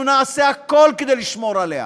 אנחנו נעשה הכול כדי לשמור עליה,